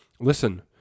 Listen